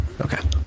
Okay